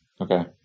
Okay